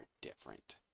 different